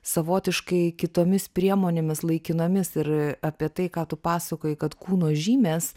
savotiškai kitomis priemonėmis laikinomis ir apie tai ką tu pasakoji kad kūno žymės